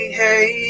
hey